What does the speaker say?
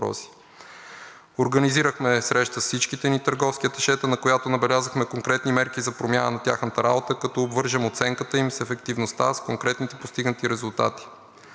Организирахме среща с всичките ни търговски аташета, на която набелязахме конкретни мерки за промяна на тяхната работа, като обвържем оценката им с ефективността, с конкретните постигнати резултати.